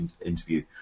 interview